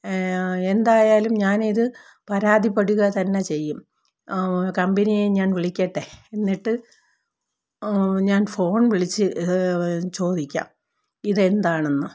എന്തായാലും ഞാനിതു പരാതിപ്പെടുക തന്നെ ചെയ്യും കമ്പനിയെ ഞാൻ വിളിക്കട്ടെ എന്നിട്ട് ഞാൻ ഫോൺ വിളിച്ച് ചോദിക്കാം ഇതെന്താണെന്ന്